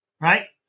right